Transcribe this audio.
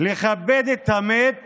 לכבד את המת